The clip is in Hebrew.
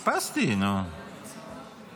, מורידים לך --- מורידים את הזמן.